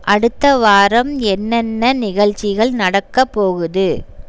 அடுத்த வாரம் என்னென்ன நிகழ்ச்சிகள் நடக்க போகுது